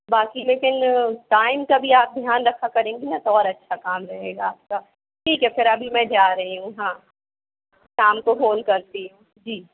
बाकी लेकिन टाइम का भी आप ध्यान रखा करेंगी ना तो और अच्छा काम रहेगा आपका ठीक है फिर अभी मैं जा रही हूँ हाँ शाम को फ़ोन करती जी